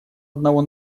одного